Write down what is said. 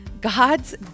God's